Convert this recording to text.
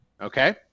okay